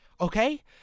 okay